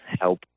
help